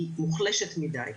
היא מוחלשת מידי.